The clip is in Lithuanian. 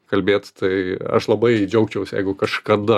kalbėt tai aš labai džiaugčiaus jeigu kažkada